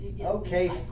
Okay